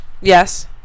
Yes